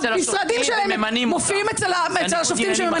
המשרדים שלהם מופיעים אצל השופטים שהם ממנים.